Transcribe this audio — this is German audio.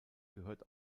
gehört